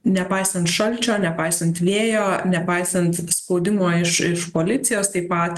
nepaisant šalčio nepaisant vėjo nepaisant spaudimo iš iš policijos taip pat